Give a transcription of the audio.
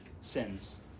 sins